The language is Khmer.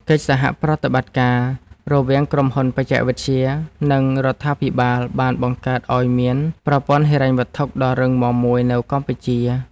កិច្ចសហប្រតិបត្តិការរវាងក្រុមហ៊ុនបច្ចេកវិទ្យា និងរដ្ឋាភិបាលបានបង្កើតឱ្យមានប្រព័ន្ធហិរញ្ញវត្ថុដ៏រឹងមាំមួយនៅកម្ពុជា។